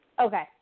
Okay